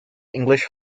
english